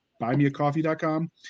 buymeacoffee.com